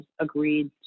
agreed